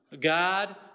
God